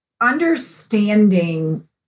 understanding